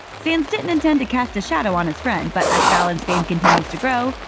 sanz didn't intend to cast a shadow on his friend, but as fallon's fame continues to grow,